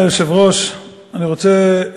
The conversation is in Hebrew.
אם אתם קוראים את המכתב שלי, בבקשה תעזרו לי.